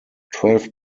twelve